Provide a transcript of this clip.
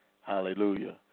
Hallelujah